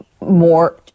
more